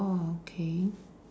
orh okay